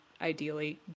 ideally